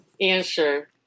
answer